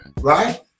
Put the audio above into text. Right